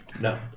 No